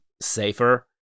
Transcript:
safer